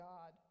God